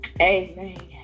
amen